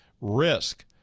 Risk